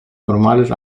normales